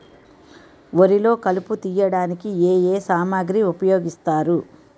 వరిలో కలుపు తియ్యడానికి ఏ ఏ సామాగ్రి ఉపయోగిస్తారు?